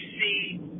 see